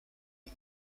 les